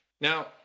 Now